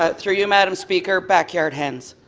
ah through you, madam speaker, backyard hens.